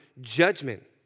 judgment